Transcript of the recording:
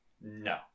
No